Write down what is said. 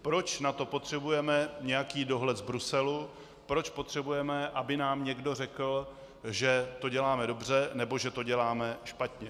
Proč na to potřebujeme nějaký dohled z Bruselu, proč potřebujeme, aby nám někdo řekl, že to děláme dobře, nebo že to děláme špatně?